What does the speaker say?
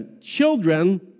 Children